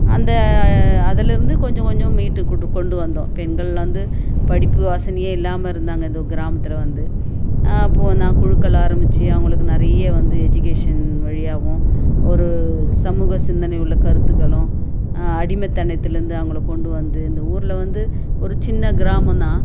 அந்த அதுலேருந்து கொஞ்சம் கொஞ்சம் மீட்டு கூட்டு கொண்டு வந்தோம் பெண்கள் வந்து படிப்பு வாசனையே இல்லாமல் இருந்தாங்க இதோ கிராமத்தில் வந்து அப்போது நாங்கள் குழுக்கள் ஆரம்பித்து அவங்களுக்கு நிறைய வந்து எஜுகேஷன் வழியாகவும் ஒரு சமூக சிந்தனை உள்ள கருத்துக்களும் அடிமைத்தனத்தில் இருந்து அவங்களை கொண்டு வந்து இந்த ஊரில் வந்து ஒரு சின்ன கிராமம் தான்